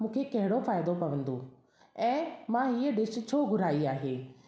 मूंखे कहिड़ो फ़ाइदो पवंदो ऐं मां हीअ डिश छो घुराई आहे